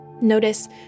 Notice